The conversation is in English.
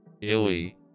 Illy